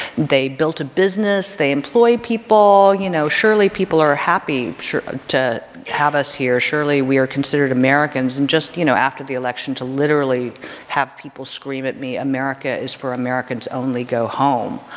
they built a business. they employ people, you know. surely people are happy to have us here. surely we are considered americans. and just, you know, after the election to literally have people scream at me, america is for americans only. go home.